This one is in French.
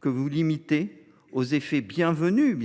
que des effets bienvenus,